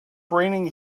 raining